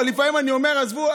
לפעמים אני אומר: עזבו,